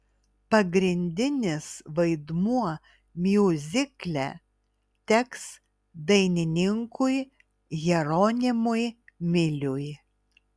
pagrindinis vaidmuo miuzikle teks dainininkui jeronimui miliui